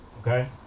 okay